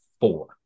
four